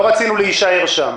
לא רצינו להישאר שם.